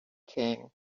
king